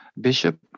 Bishop